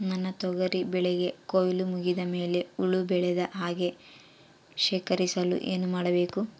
ನನ್ನ ತೊಗರಿ ಬೆಳೆಗೆ ಕೊಯ್ಲು ಮುಗಿದ ಮೇಲೆ ಹುಳು ಬೇಳದ ಹಾಗೆ ಶೇಖರಿಸಲು ಏನು ಮಾಡಬೇಕು?